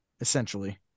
Essentially